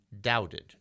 doubted